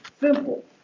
simple